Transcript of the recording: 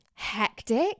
hectic